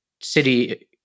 city